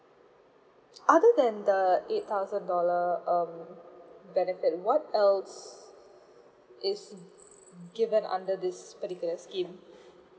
other than the eight thousand dollar um benefit what else is given under this particular scheme